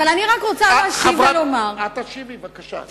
אבל אני רק רוצה להשיב ולומר, את תשיבי, בבקשה.